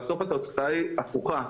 בסוף התוצאה היא הפוכה,